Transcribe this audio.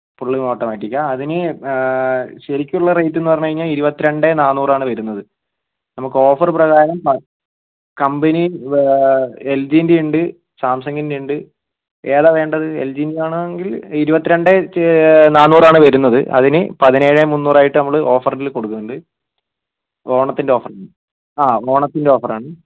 fully ഓട്ടോമാറ്റിക്കാ അതിന് ശരിക്കുള്ള റേറ്റെന്നു പറഞ്ഞുകഴിഞ്ഞാൽ ഇരുപത്തി രണ്ട് നാന്നൂറാണ് വരുന്നത് നമുക്ക് ഓഫറ് പ്രകാരം കമ്പനി എൽ ജീൻറ്റെയുണ്ട് സാംസങ്ങിൻറ്റെ ഉണ്ട് ഏതാണ് വേണ്ടത് എൽ ജീൻ്റെ ആണെങ്കിൽ ഇരുപത്തി രണ്ട് നാന്നൂറാണ് വരുന്നത് അതിന് പതിനേഴ് മുന്നൂറായിട്ട് നമ്മൾ ഓഫറിൽ കൊടുക്കുന്നുണ്ട് ഓണത്തിൻ്റെ ഓഫറിൽ ആ ഓണത്തിൻ്റെ ഓഫറാണ്